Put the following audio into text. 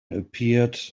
appeared